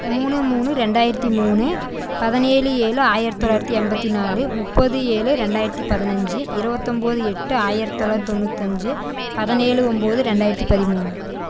மூணு மூணு ரெண்டாயிரத்து மூணு பதினேழு ஏழு ஆயிரத்து தொளாயிரத்து எண்பத்தி நாலு முப்பது ஏழு ரெண்டாயிரத்து பதினஞ்சி இருபத்தொம்போது எட்டு ஆயிரத்து தொளாத் தொண்ணூத்தஞ்சு பதினேழு ஒம்பது ரெண்டாயிரத்து பதிமூணு